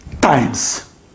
times